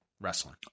Wrestling